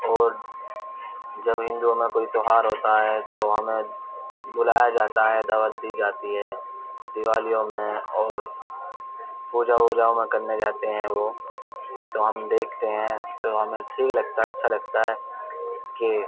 اور جب ہندو میں کوئی تہوار ہوتا ہے تو ہمیں بلایا جاتا ہے دعوت دی جاتی ہے دیوالیوں میں اور پوجا ووجاؤں میں کرنے جاتے ہیں وہ تو ہم دیکھتے ہیں تو ہمیں ٹھیک لگتا ہے اچھا لگتا ہے کہ